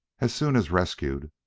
as soon as rescued,